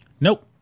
Nope